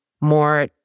more